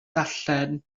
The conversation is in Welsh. darllen